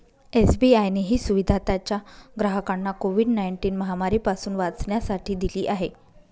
SBI ने ही सुविधा त्याच्या ग्राहकांना कोविड नाईनटिन महामारी पासून वाचण्यासाठी दिली आहे